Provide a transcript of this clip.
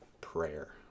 prayer